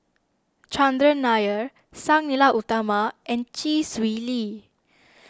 Chandran Nair Sang Nila Utama and Chee Swee Lee